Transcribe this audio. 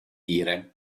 dire